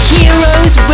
Heroes